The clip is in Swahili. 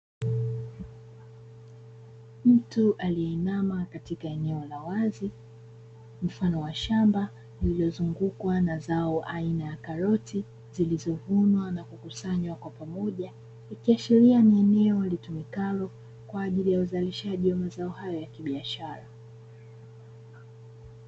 Mtu aliyeninama katika eneo la wazi mfano wa shamba lililozungukwa na zao aina ya karoti, zilizovunwa na kukusanywa kwa pamoja, ikiashiria ni eneo litumikalo kwa ajili ya uzalishaji wa mazao hayo ya kibiashara.